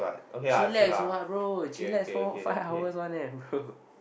chillax what bro chillax four five hours [one] eh bro